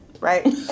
right